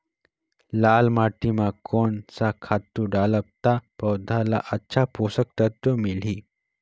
लाल माटी मां कोन सा खातु डालब ता पौध ला अच्छा पोषक तत्व मिलही?